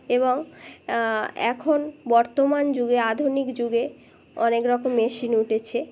এবং এখন বর্তমান যুগে আধুনিক যুগে অনেক রকম মেশিন উঠেছে